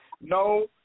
no